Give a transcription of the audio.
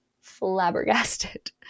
flabbergasted